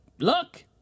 Look